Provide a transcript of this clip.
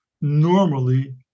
normally